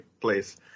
place